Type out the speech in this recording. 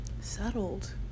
settled